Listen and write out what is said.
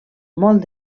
molt